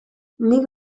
nik